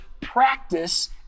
practice